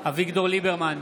אביגדור ליברמן,